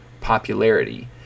popularity